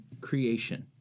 creation